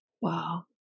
Wow